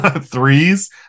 threes